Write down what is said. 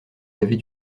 avez